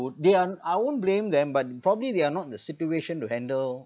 they are I won't blame them but probably they are not the situation to handle